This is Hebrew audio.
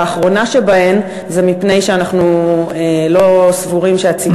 האחרונה שבהן זה מפני שאנחנו לא סבורים שהציבור ידחה,